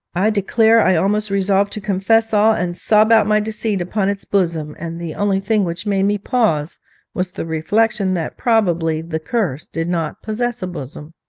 i declare i almost resolved to confess all and sob out my deceit upon its bosom, and the only thing which made me pause was the reflection that probably the curse did not possess a bosom.